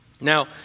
Now